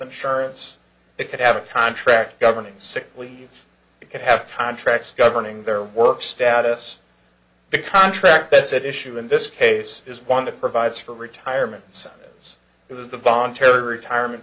insurance it could have a contract governing sickleave it could have contracts governing their work status the contract that's at issue in this case is one that provides for retirement centers it was the voluntary retirement